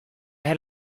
had